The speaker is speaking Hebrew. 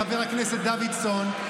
חבר הכנסת דוידסון,